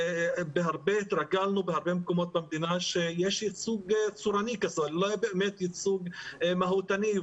התרגלנו בהרבה מקומות במדינה שיש ייצוג צורני ולא ייצוג מהותני.